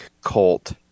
cult